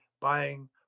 buying